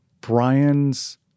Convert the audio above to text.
Brian's